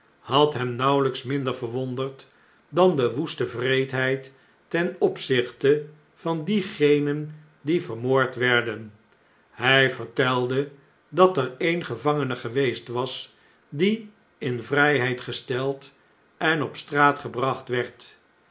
had hem nauweljjks minder verwonderd dan de woeste wreedheid ten opzichte van diegenen die vermoord werden hjj vertelde dat er een gevangene geweest was die in vrjjheid gesteld en op straat gebracht werd